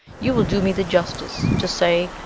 you will do me the justice to say,